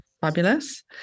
Fabulous